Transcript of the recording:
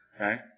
Right